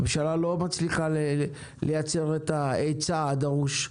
הממשלה לא מצליחה לייצר את ההיצע הדרוש.